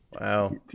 Wow